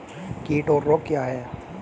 कीट और रोग क्या हैं?